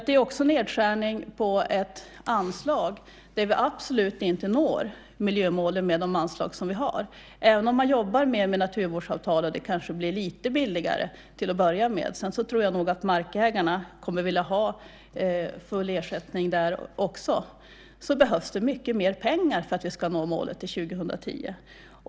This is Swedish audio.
Det är också en nedskärning på ett anslag där vi absolut inte når miljömålen. Även om man jobbar med miljövårdsavtalen, och det kanske blir lite billigare till att börja med, tror jag att markägarna kommer att vilja ha full ersättning också. Då behövs det mycket mer pengar för att vi ska nå målet till 2010.